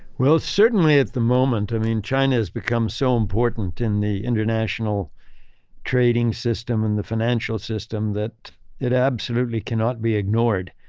well, certainly at the moment, i mean, china has become so important in the international trading system and the financial system that it absolutely cannot be ignored.